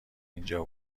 اینجا